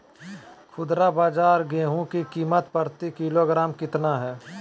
खुदरा बाजार गेंहू की कीमत प्रति किलोग्राम कितना है?